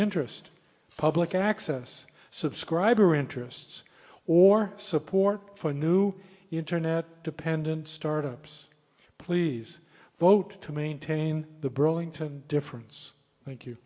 interest public access subscriber interests or support for new internet dependent startups please vote to maintain the burlington difference thank you